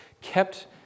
kept